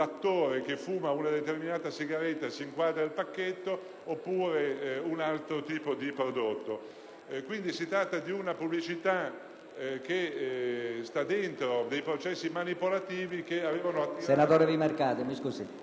l'attore che fuma una determinata sigaretta di cui si inquadra il pacchetto o usa un altro tipo di prodotto. Quindi, si tratta di una pubblicità che sta dentro processi manipolativi...